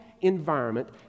environment